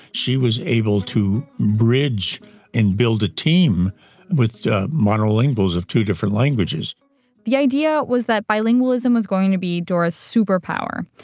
she was able to bridge and build a team with monolinguals of two different languages the idea was that bilingualism was going to be dora's superpower,